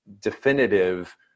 definitive